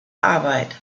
arbeit